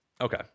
Okay